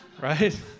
right